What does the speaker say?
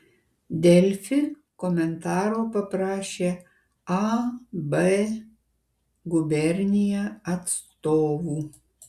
delfi komentaro paprašė ab gubernija atstovų